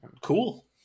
cool